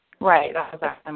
Right